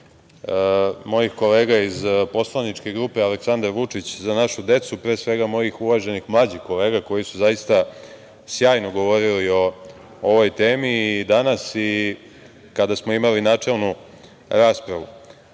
mojih kolega iz poslaničke grupe „Aleksandar Vučić – Za našu decu“, pre svega mojih uvaženih mlađih kolega koji su zaista sjajno govorili o ovoj temi danas i kada smo imali načelnu raspravu. Kada